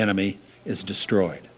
enemy is destroyed